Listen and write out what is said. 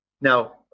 Now